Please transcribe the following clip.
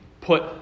put